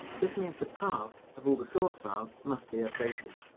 this means the paths of all the source files must be updated.